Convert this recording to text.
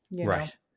Right